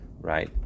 right